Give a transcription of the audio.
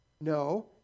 No